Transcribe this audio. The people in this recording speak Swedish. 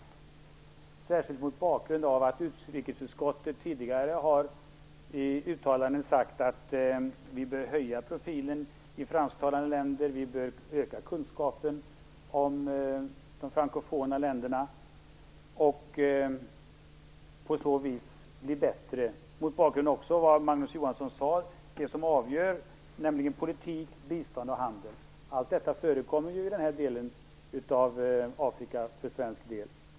Jag ställer frågan särskilt mot bakgrund av att utrikesutskottet tidigare i uttalanden har sagt att vi bör höja profilen i fransktalande länder. Vi bör öka kunskapen om de frankofona länderna och på så vis, mot bakgrund även av det Magnus Johansson sade, bli bättre på det som avgör, nämligen politik, bistånd och handel. Allt detta förekommer ju för svensk del i den här delen av Afrika.